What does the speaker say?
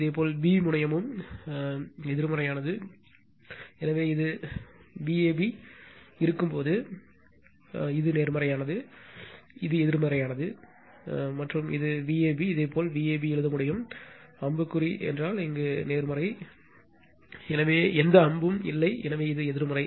இதேபோல் பி முனையமும் இதேபோல் எதிர்மறையானது இது எதிர்மறையானது எனவே இது Vab இருக்கும்போது இது நேர்மறையானது இது எதிர்மறையானது இது Vab இதேபோல் Vab எழுத முடியும் அம்பு என்றால் நேர்மறை இங்கே எந்த அம்பும் இல்லை எனவே எதிர்மறை